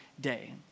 day